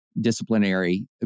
disciplinary